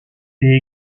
est